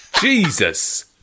Jesus